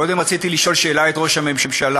קודם רציתי לשאול שאלה את ראש הממשלה,